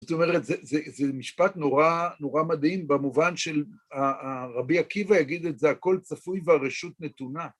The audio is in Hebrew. זאת אומרת זה... זה... זה משפט נורא נורא מדהים במובן של ה... ה... רבי עקיבא יגיד את זה ״הכל צפוי והרשות נתונה״.